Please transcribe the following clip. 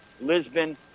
Lisbon